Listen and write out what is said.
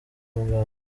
muganga